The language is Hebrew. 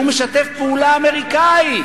שהוא משתף פעולה אמריקני.